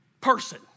person